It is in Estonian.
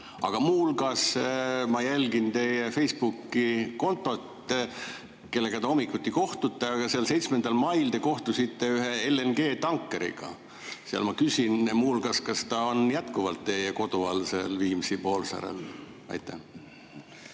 Aga muuhulgas ma jälgin teie Facebooki kontot, kellega ta hommikuti kohtute, ja 7. mail te kohtusite ühe LNG‑tankeriga. Seal ma küsin muu hulgas, kas ta on jätkuvalt teie kodu all seal Viimsi poolsaarel. Härra